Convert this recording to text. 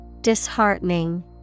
Disheartening